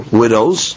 widows